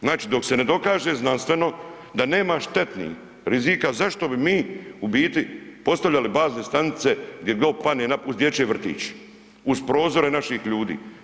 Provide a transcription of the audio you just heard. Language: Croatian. Znači dok se ne dokaže znanstveno da nema štetni rizika zašto bi mi u biti postavljali bazne stanice gdje god padne napamet, uz dječji vrtić, uz prozore naših ljudi.